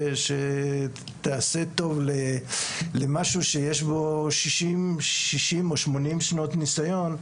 שתעשה טוב למשהו שיש בו שישים או שמונים שנות ניסיון,